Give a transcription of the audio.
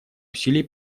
усилий